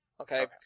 Okay